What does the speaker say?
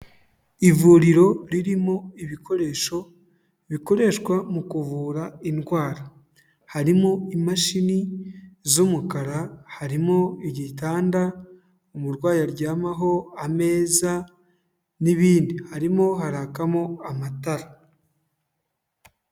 Ivuriro ririmo ibikoresho bikoreshwa mu kuvura indwara. Harimo imashini z'umukara harimo igitanda umurwayi aryamaho, ameza n'ibindi. Harimo harakamo amatara.